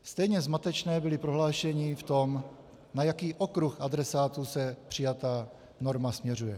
Stejně zmatečná byla prohlášení v tom, na jaký okruh adresátů přijatá norma směřuje.